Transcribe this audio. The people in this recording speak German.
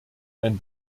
ein